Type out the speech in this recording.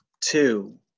two